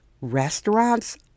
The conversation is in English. restaurants